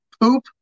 poop